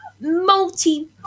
multi